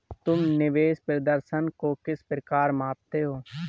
तुम निवेश प्रदर्शन को किस प्रकार मापते हो?